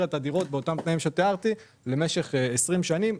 את הדירות באותם תנאים שתיארתי למשך 20 שנים.